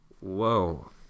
Whoa